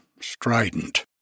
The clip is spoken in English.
strident